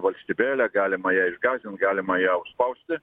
valstybėlė galima ją išgąsdint galima ją užspausti